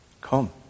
Come